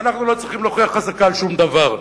ואנחנו לא צריכים להוכיח חזקה על שום דבר.